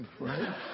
right